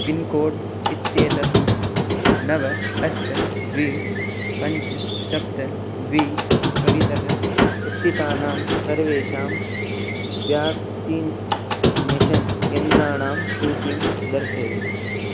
pincode इत्येतत् नव अष्ट द्वि पञ्च सप्त द्वि परितः स्थितानां सर्वेषां व्याक्सिन्नेषन् केन्द्राणां सूचीं दर्शय